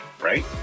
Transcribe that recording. right